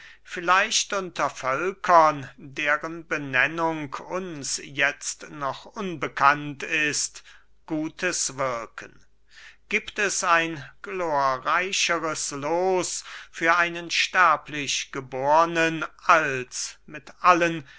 vielleicht unter völkern deren benennung uns jetzt noch unbekannt ist gutes wirken giebt es ein glorreicheres loos für einen sterblichgebornen als mit allen